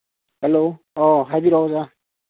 hello ꯑꯧ ꯍꯥꯏꯕꯤꯔꯛꯑꯣ ꯑꯣꯖꯥ